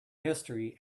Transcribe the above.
history